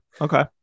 Okay